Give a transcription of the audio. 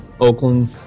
Oakland